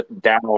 down